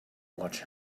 watch